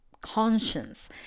conscience